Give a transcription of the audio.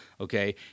Okay